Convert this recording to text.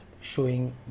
showing